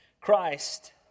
Christ